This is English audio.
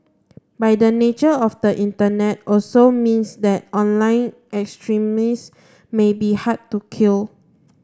by the nature of the Internet also means that online extremism may be hard to kill